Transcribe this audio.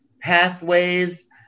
pathways